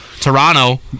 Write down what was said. Toronto